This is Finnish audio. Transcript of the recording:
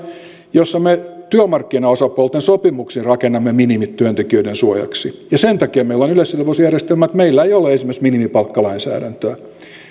me työmarkkinaosapuolten sopimuksin rakennamme minimit työntekijöiden suojaksi ja sen takia meillä on yleissitovuusjärjestelmät meillä ei ole esimerkiksi minimipalkkalainsäädäntöä